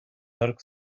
dark